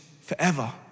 forever